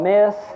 Miss